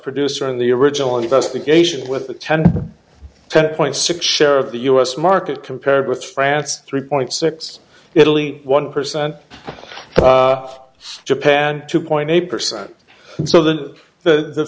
producer in the original investigation with a ten ten point six share of the u s market compared with france three point six italy one percent of japan two point eight percent so that the